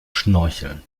schnorcheln